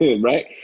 Right